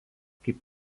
kaip